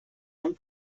him